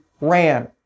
ran